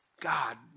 God